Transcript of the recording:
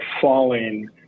falling